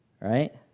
Right